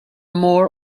more